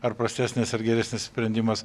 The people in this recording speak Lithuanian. ar prastesnis ar geresnis sprendimas